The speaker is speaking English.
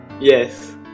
yes